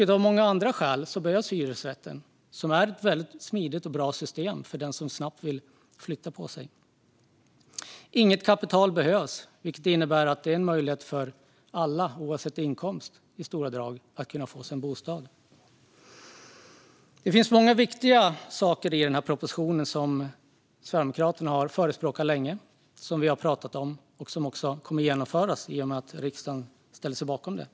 Även av många andra skäl behövs hyresrätten, som är ett väldigt smidigt och bra system för den som snabbt vill flytta på sig. Inget kapital behövs, vilket i stora drag innebär att det är en möjlighet för alla, oavsett inkomst, att kunna få en bostad. I propositionen finns många viktiga saker som Sverigedemokraterna har förespråkat länge och som också kommer att genomföras i och med att riksdagen ställer sig bakom förslagen.